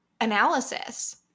analysis